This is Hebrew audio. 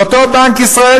זה אותו בנק ישראל,